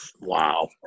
wow